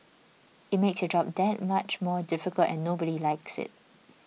it makes your job that much more difficult and nobody likes it